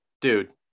dude